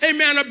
Amen